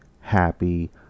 happy